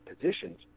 positions